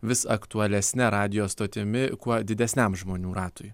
vis aktualesne radijo stotimi kuo didesniam žmonių ratui